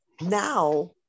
now